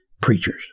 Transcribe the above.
preachers